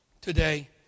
today